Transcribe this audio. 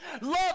Love